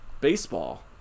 baseball